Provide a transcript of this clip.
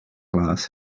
class